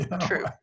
True